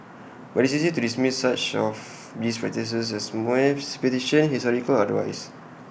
but IT is easy to dismiss much of these practices as mere superstition historical or otherwise